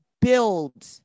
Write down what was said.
build